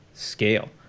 scale